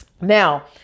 Now